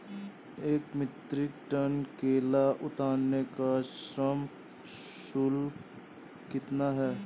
एक metric tonne केला उतारने का श्रम शुल्क कितना होगा?